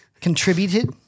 contributed